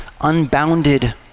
unbounded